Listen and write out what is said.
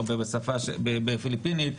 או בפיליפינית,